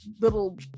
little